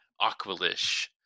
Aqualish